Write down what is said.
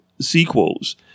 sequels